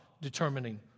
determining